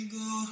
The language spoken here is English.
go